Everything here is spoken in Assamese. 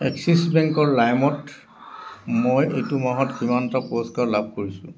এক্সিছ বেংকৰ লাইমত মই এইটো মাহত কিমানটা পুৰস্কাৰ লাভ কৰিছো